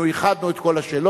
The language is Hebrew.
אנחנו איחדנו את כל השאלות.